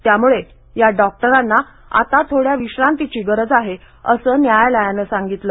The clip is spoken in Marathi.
त्यामुळे या डॉक्टरांना आता थोड्या विश्रांतीची गरज आहे असं न्यायालयानं सांगितलं